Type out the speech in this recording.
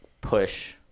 push